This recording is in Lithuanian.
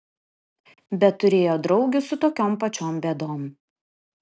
bet turėjo draugių su tokiom pačiom bėdom